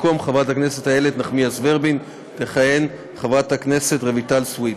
במקום חברת הכנסת איילת נחמיאס ורבין תכהן חברת הכנסת רויטל סויד.